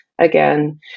again